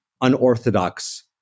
unorthodox